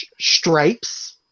Stripes